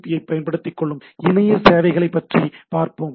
B யை பயன்படுத்திக்கொள்ளும் இணைய சேவைகளைப் பற்றி பார்ப்போம்